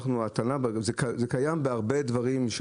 זה קיים בהרבה תחומים,